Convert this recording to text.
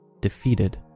defeated